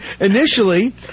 initially